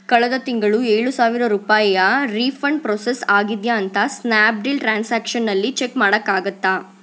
ಕಳೆದ ತಿಂಗಳು ಏಳು ಸಾವಿರ ರೂಪಾಯಿಯ ರೀಫಂಡ್ ಪ್ರೋಸೆಸ್ ಆಗಿದೆಯಾ ಅಂತ ಸ್ನ್ಯಾಪ್ಡೀಲ್ ಟ್ರಾನ್ಸಾಕ್ಷನ್ನಲ್ಲಿ ಚೆಕ್ ಮಾಡೋಕ್ಕಾಗತ್ತಾ